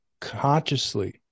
consciously